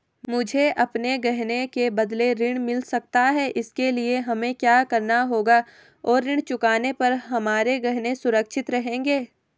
मुझे अपने गहने के बदलें ऋण मिल सकता है इसके लिए हमें क्या करना होगा और ऋण चुकाने पर हमारे गहने सुरक्षित रहेंगे?